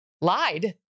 lied